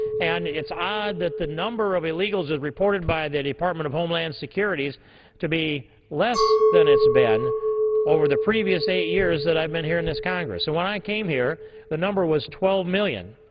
and it's odd that the number of illegals as reported by the department of homeland security to be less than it's been over the previous eight years that i've been here in this congress. so when i came here the number was twelve million.